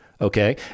okay